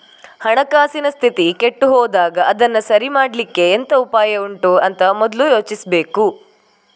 ಹಣಕಾಸಿನ ಸ್ಥಿತಿ ಕೆಟ್ಟು ಹೋದಾಗ ಅದನ್ನ ಸರಿ ಮಾಡ್ಲಿಕ್ಕೆ ಎಂತ ಉಪಾಯ ಉಂಟು ಅಂತ ಮೊದ್ಲು ಯೋಚಿಸ್ಬೇಕು